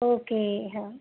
okay हां